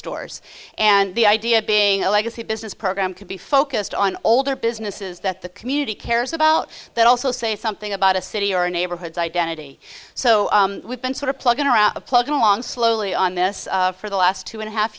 bookstores and the idea being a legacy business program can be focused on older businesses that the community cares about that also say something about a city or neighborhoods identity so we've been sort of plugged in or out plugging along slowly on this for the last two and a half